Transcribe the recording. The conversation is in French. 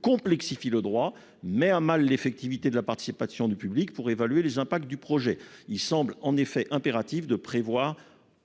complexifie le droit et met à mal l'effectivité de la participation du public pour évaluer les impacts d'un projet. Il semble en effet impératif de prévoir